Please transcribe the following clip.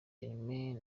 germain